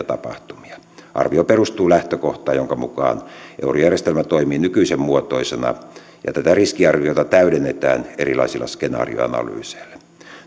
tapahtumia arvio perustuu lähtökohtaan jonka mukaan eurojärjestelmä toimii nykyisen muotoisena ja tätä riskiarviota täydennetään erilaisilla skenaarioanalyyseillä